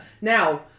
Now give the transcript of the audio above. Now